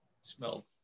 smell